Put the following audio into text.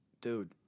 dude